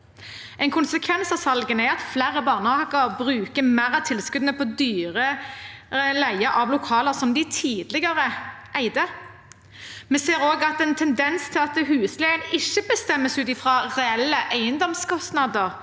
En konsekvens av salgene er at flere barnehager bruker mer av tilskuddene på dyrere leie av lokaler som de tidligere eide. Vi ser også en tendens til at husleien ikke bestemmes ut fra reelle eiendomskostnader,